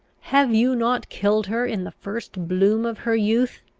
have you not killed her in the first bloom of her youth?